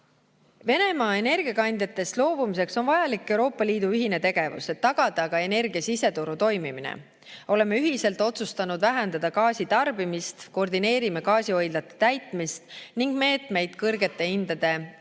Venemaa energiakandjatest loobumiseks on vajalik Euroopa Liidu [riikide] ühine tegevus, et tagada ka energia siseturu toimimine. Oleme ühiselt otsustanud vähendada gaasi tarbimist, koordineerime gaasihoidlate täitmist ning [võtame] meetmeid kõrgete hindade